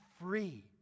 free